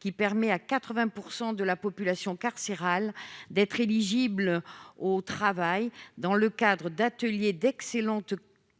qui permet à 80 % de la population carcérale d'être éligible au travail dans le cadre d'ateliers d'excellente